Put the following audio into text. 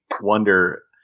wonder